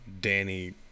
Danny